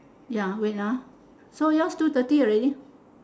ya wait ah so yours two thirty already